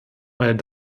meine